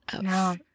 No